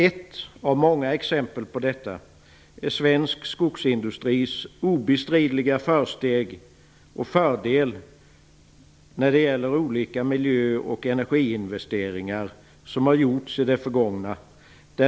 Ett av många exempel på detta är svensk skogsindustris obestridliga försteg på grund av olika miljöoch energiinvesteringar som har gjorts i det förgångna.